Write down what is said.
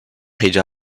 page